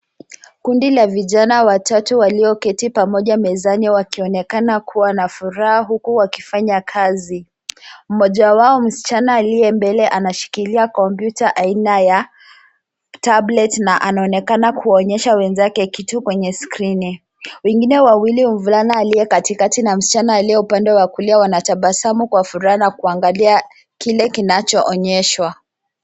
Kundi la vijana watatu wameketi pamoja mezani wakiwa na furaha huku wakifanya kazi. Mmoja wao, msichana aliye mbele, anashikilia kompyuta aina ya tablet na anaonekana kuwaonyesha wenzake kitu kwenye skrini. Wengine wawili, mvulana aliye katikati na msichana aliye upande wa kulia, wanatabasamu kwa furaha wakitazama kile kinachoonyeshwa.